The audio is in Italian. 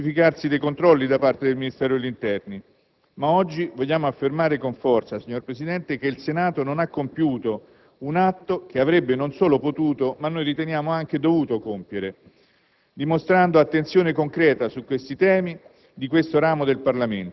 sono seguiti sicuramente un intensificarsi dei controlli da parte del Ministero dell'interno, ma oggi voglio affermare con forza, signor Presidente, che il Senato non ha compiuto un atto che avrebbe non solo potuto, ma anche - noi riteniamo - dovuto compiere